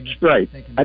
right